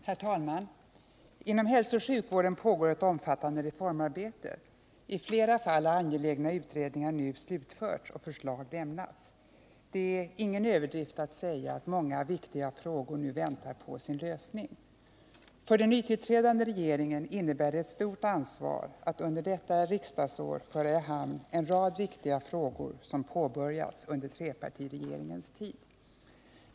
Herr talman! Inom hälsooch sjukvården pågår ett omfattande reformarbete. I flera fall har angelägna utredningar nu slutförts och förslag lämnats. Det är ingen överdrift att säga att många viktiga frågor nu väntar på sin lösning. För den nytillträdande regeringen innebär det ett stort ansvar att under detta riksdagsår föra i hamn en rad viktiga frågor som påbörjats under trepartiregeringens tid.